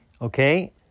Okay